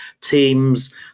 teams